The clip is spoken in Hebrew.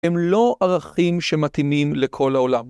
הם לא ערכים שמתאימים לכל העולם.